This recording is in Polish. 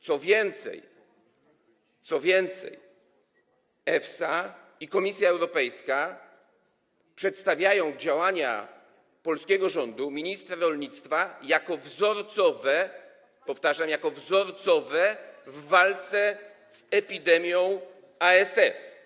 Co więcej, EFSA i Komisja Europejska przedstawiają działania polskiego rządu, ministra rolnictwa, jako wzorcowe, powtarzam, jako wzorcowe w walce z epidemią ASF.